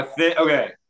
Okay